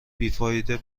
بیفایده